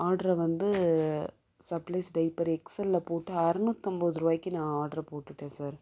ஆட்ரை வந்து supplies diaper எக்ஸ்எல்லில் போட்டு அறநூத்தம்பதுருபாய்க்கி நான் ஆட்ரு போட்டுட்டேன் சார்